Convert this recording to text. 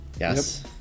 Yes